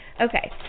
Okay